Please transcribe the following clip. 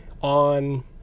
on